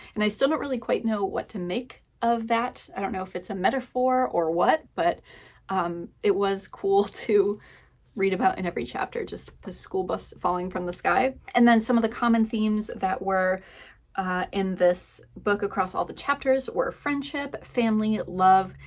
and i still don't really quite know what to make of that. i don't know if it's a metaphor or what, but it was cool to read about in every chapter, just this school bus falling from the sky. and then some of the common themes that were in this book across all the chapters were friendship, family, love,